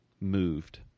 moved